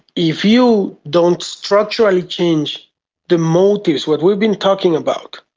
if you don't structurally change the motives, what we've been talking about,